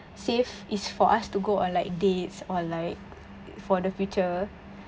save is for us to go on like dates or like for the future